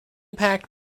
packed